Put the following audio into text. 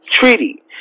Treaty